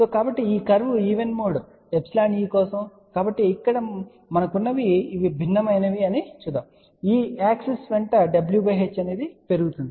కాబట్టి ఈ curve even mode εe కోసం కాబట్టి ఇక్కడ మనకు ఉన్నవి ఇవి భిన్నమైనవి అని చూద్దాం ఈ అక్షం వెంట w h పెరుగుతోంది